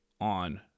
on